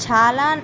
చాలా